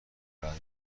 بعد